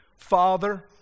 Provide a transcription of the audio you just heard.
Father